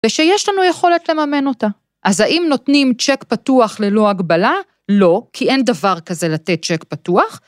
‫ושיש לנו יכולת לממן אותה. ‫אז האם נותנים צ'ק פתוח ללא הגבלה? ‫לא, כי אין דבר כזה לתת צ'ק פתוח.